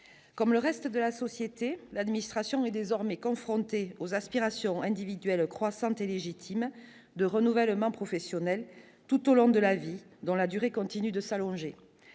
comme le reste de la société, l'administration est désormais confronté aux aspirations individuelles croissante et légitime de renouvellement professionnelle tout au long de la vie dans la durée, continue de s'allonger,